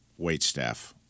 waitstaff